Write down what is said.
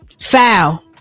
Foul